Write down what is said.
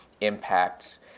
impacts